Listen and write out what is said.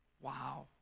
Wow